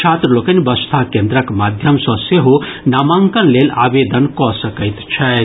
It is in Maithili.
छात्र लोकनि वसुधा केन्द्रक माध्यम सॅ सेहो नामांकन लेल आवेदन कऽ सकैत छथि